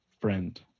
friend